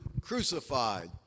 crucified